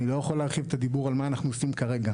אני לא יכול להרחיב את הדיבור על מה אנחנו עושים כרגע.